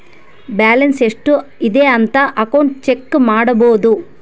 balance ಎಷ್ಟ್ ಇದೆ ಅಂತ ಅಕೌಂಟ್ ಚೆಕ್ ಮಾಡಬೋದು